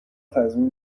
تضمین